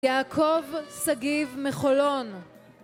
יעקב סגיב מחולון